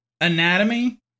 anatomy